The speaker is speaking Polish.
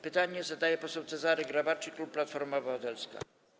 Pytanie zadaje poseł Cezary Grabarczyk, klub Platforma Obywatelska.